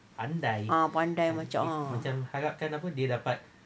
ah pandai macam ah